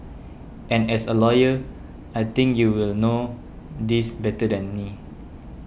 and as a lawyer I think you will know this better than me